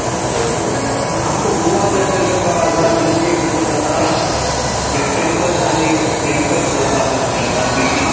okay okay आमकां गोवा दर्शन करपाक आतां दीस विक सिजन जाता ये टेंपल्स आनी टेंपल्स पळोवपाक आसलें सगलें मानकेची